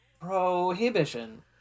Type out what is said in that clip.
prohibition